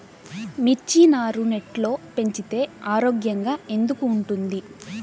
మిర్చి నారు నెట్లో పెంచితే ఆరోగ్యంగా ఎందుకు ఉంటుంది?